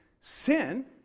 sin